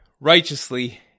righteously